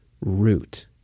root